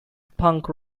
punk